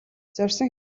зорьсон